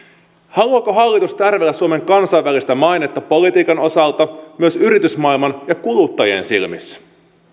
haluaako hallitus tärvellä suomen kansainvälistä mainetta politiikan osalta myös yritysmaailman ja kuluttajien silmissä